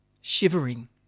shivering